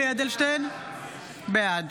בעד